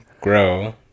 grow